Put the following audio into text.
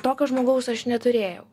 tokio žmogaus aš neturėjau